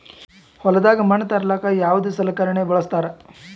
ಹೊಲದಾಗ ಮಣ್ ತರಲಾಕ ಯಾವದ ಸಲಕರಣ ಬಳಸತಾರ?